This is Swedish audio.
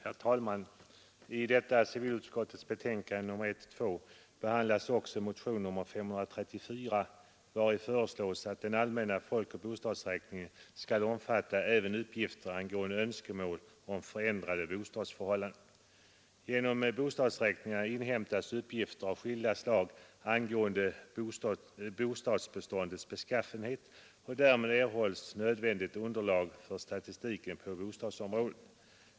Herr talman! I civilutskottets betänkande nr 1 behandlas bl.a. motionen 534, vari föreslås att den allmänna folkoch bostadsräkningen skall omfatta även uppgifter angående önskemål om förändrade bostadsförhållanden. Genom bostadsräkningarna inhämtas uppgifter av skilda slag angående bostadsbeståndets beskaffenhet, och därmed erhålls nödvändigt underlag för statistiken på bostadsområdet.